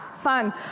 Fun